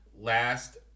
Last